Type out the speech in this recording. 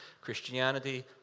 Christianity